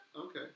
okay